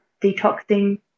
detoxing